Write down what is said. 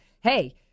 hey